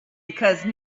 because